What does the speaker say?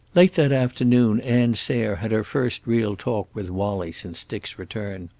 late that afternoon ann sayre had her first real talk with wallie since dick's return.